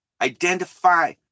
identify